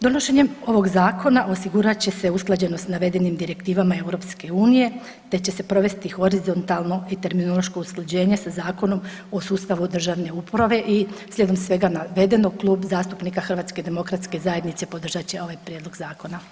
Donošenjem ovog zakona osigurat će se usklađenost s navedenim direktivama EU, te će se provesti horizontalno i terminološko usklađenje sa Zakonom o sustavu državne uprave i slijedom svega navedenog Klub zastupnika HDZ-a podržat će ovaj prijedlog zakona.